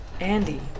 Andy